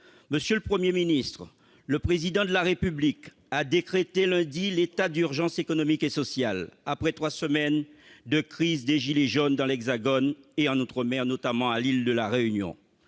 Monsieur le Premier ministre, le Président de la République a décrété lundi « l'état d'urgence économique et sociale » après trois semaines de crise des « gilets jaunes » dans l'Hexagone et en outre-mer, notamment à l'île de la Réunion.